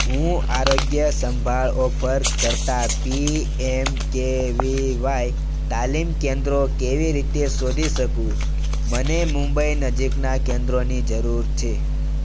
હું આરોગ્ય સંભાળ ઓફર કરતા P M K V Y તાલીમ કેન્દ્રો કેવી રીતે શોધી શકું મને મુંબઈ નજીકનાં કેન્દ્રોની જરૂર છે